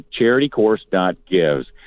charitycourse.gives